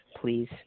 Please